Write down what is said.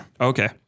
Okay